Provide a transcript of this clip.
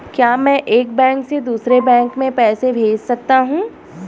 क्या मैं एक बैंक से दूसरे बैंक में पैसे भेज सकता हूँ?